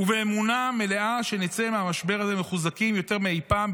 באמונה מלאה שנצא מהמשבר הזה מחוזקים יותר מאי פעם.